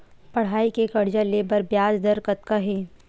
पढ़ई के कर्जा ले बर ब्याज दर कतका हे?